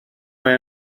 mae